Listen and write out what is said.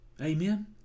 Amen